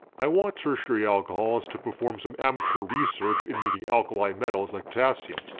i want tertiary alcohols to perform some amateur research in making alkali metals like potassium.